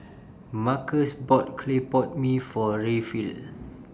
Marcos bought Clay Pot Mee For Rayfield